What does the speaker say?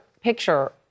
picture